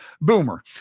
boomer